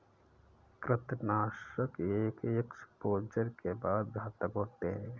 कृंतकनाशक एक एक्सपोजर के बाद घातक होते हैं